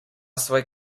svoj